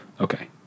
Okay